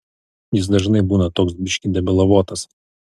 jis dažnai būna toks biškį debilavotas